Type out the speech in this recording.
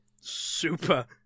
super